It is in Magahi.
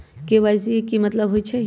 के.वाई.सी के कि मतलब होइछइ?